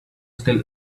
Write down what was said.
still